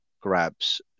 grabs